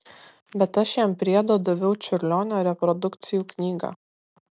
bet aš jam priedo daviau čiurlionio reprodukcijų knygą